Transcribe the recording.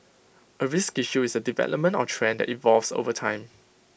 A risk issue is A development or trend that evolves over time